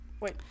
wait